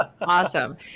Awesome